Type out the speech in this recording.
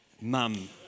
mum